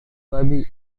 babi